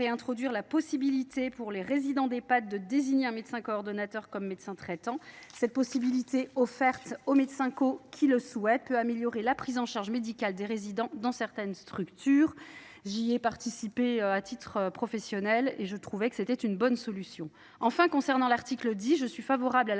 réintroduire la possibilité pour les résidents d’Ehpad de désigner le médecin coordonnateur comme médecin traitant. Cette possibilité offerte aux médecins coordonnateurs qui le souhaitent peut améliorer la prise en charge médicale des résidents dans certaines structures. J’ai pratiqué cela dans mes fonctions antérieures et je trouvais que c’était une bonne solution. Enfin, concernant l’article 10, je suis favorable à la